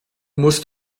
musst